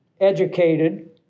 educated